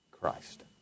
Christ